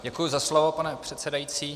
Děkuji za slovo, pane předsedající.